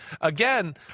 again